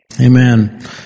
Amen